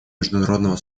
международного